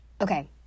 Okay